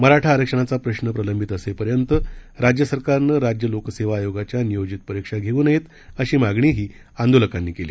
मराठा आरक्षणाचा प्रश्न प्रलंबित असेपर्यंत राज्य सरकारनं राज्य लोकसेवा आयोगाच्या नियोजित परीक्षा घेऊ नयेत अशी मागणीही आंदोलकांनी केली